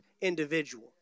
individual